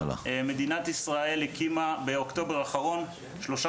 מדינת ישראל הקימה באוקטובר האחרון שלושה